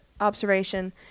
observation